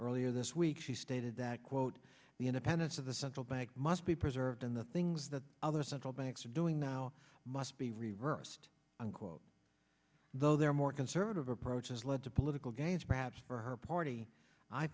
earlier this week she stated that quote the independence of the central bank must be preserved in the things that other central banks are doing now must be reversed unquote though there are more conservative approaches lead to political gains perhaps for her party i